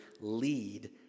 lead